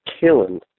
killing